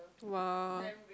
!wah!